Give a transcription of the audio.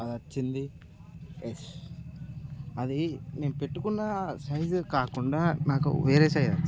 అది వచ్చింది ఎస్ అది నేను పెట్టుకున్న సైజ్ కాకుండా నాకు వేరే సైజ్ వచ్చింది